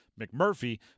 McMurphy